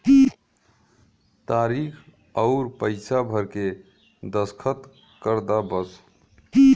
तारीक अउर पइसा भर के दस्खत कर दा बस